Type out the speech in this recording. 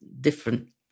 different